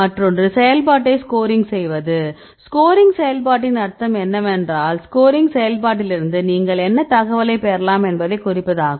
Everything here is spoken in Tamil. மற்றொன்று செயல்பாட்டை ஸ்கோரிங் செய்வது ஸ்கோரிங் செயல்பாட்டின் அர்த்தம் என்னவென்றால் ஸ்கோரிங் செயல்பாட்டிலிருந்து நீங்கள் என்ன தகவலைப் பெறலாம் என்பதைக் குறிப்பதாகும்